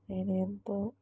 నేను ఎంతో